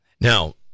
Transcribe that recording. Now